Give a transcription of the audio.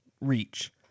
reach